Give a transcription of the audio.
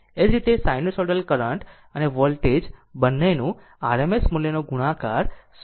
એ જ રીતે sinusoidal current અને વોલ્ટેજ બંનેનું RMS મૂલ્યનો ગુણાકાર 0